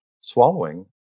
swallowing